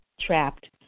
trapped